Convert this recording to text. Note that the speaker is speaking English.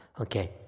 Okay